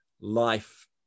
life